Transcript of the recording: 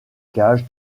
gage